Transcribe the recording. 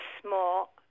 small